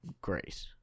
Great